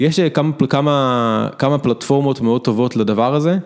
יש כמה פלטפורמות מאוד טובות לדבר הזה.